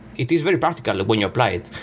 it is very practical when you apply it,